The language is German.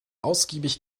ausgiebig